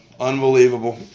Unbelievable